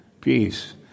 Peace